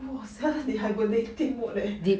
!wah! sounds like 你 hibernating mode eh